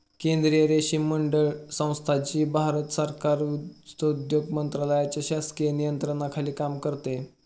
केंद्रीय रेशीम मंडळ संस्था, जी भारत सरकार वस्त्रोद्योग मंत्रालयाच्या प्रशासकीय नियंत्रणाखाली काम करते